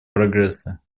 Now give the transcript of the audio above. прогресса